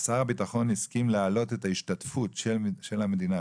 אז שר הביטחון הסכים להעלות את ההשתתפות של המדינה,